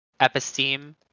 episteme